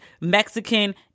Mexican